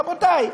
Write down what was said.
רבותי,